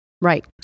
right